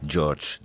George